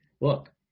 look